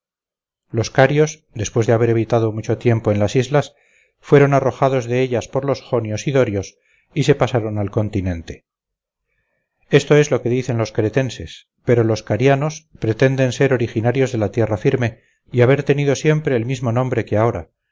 los carios después de haber habitado mucho tiempo en las islas fueron arrojados de ellas por los jonios y dorios y se pasaron al continente esto es lo que dicen los cretenses pero los carianos pretenden ser originarios de la tierra firme y haber tenido siempre el mismo nombre que ahora